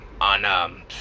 on